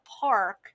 park